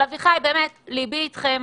אביחי, ליבי איתכם,